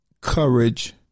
courage